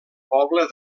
poble